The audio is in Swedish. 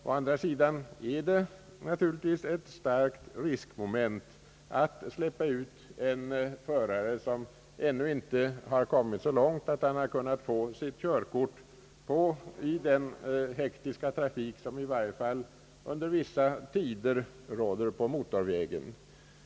Å andra sidan är det naturligtvis ett stort riskmoment att släppa ut en förare, som ännu inte har kommit så långt att han har kunnat få sitt körkort, i den hektiska trafik som i varje fall under vissa tider på dygnet råder på motorvägen.